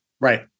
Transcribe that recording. Right